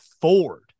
Ford